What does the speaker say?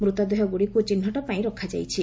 ମୃତଦେହ ଗୁଡ଼ିକୁ ଚିହ୍ରଟ ପାଇଁ ରଖାଯାଇଛି